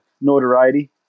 notoriety